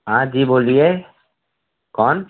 हाँ जी बोलिए कौन